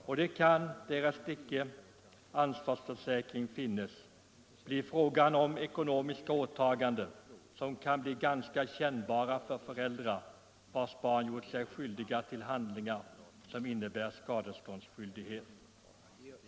Och det kan, därest icke ansvarsförsäkring finns, bli fråga om ekonomiska åtaganden som kan bli ganska kännbara för föräldrar vilkas barn gjort sig skyldiga till handlingar som innebär skadeståndsskyldighet.